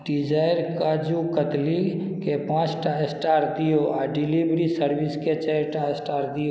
Dzire काजू कतलीके पाँचटा एस्टार दिऔ आओर डिलीवरी सर्विसके चारिटा स्टार दिऔ